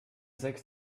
sechs